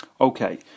Okay